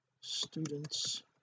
students